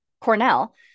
Cornell